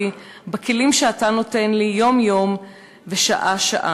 בכלים שאתה נותן לי יום-יום ושעה-שעה".